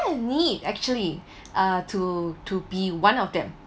a need actually uh to to be one of them